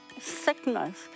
sickness